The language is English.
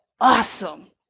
awesome